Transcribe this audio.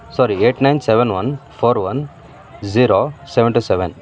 sorry eight nine seven one four one zero seven two seven